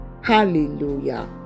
Hallelujah